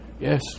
yes